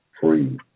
free